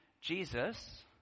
Jesus